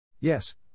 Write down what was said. Yes